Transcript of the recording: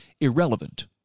irrelevant